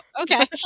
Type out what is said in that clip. Okay